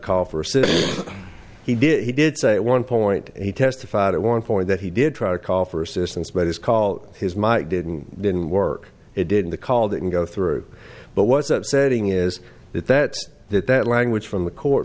call for said he did he did say at one point he testified at one point that he did try to call for assistance but his call his mike didn't didn't work it didn't the called and go through but was upsetting is that that that that language from the court